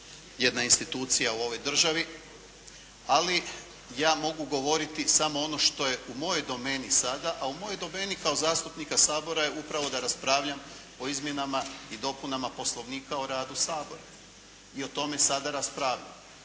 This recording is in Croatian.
jedna institucija u ovoj državi ali ja mogu govoriti samo ono što je u mojoj domeni sada a u mojoj domeni kao zastupnika Sabora je upravo da raspravljam o izmjenama i dopunama Poslovnika o radu Sabora i o tome sada raspravljamo.